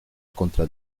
contra